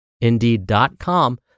indeed.com